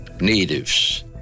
natives